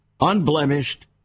unblemished